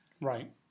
Right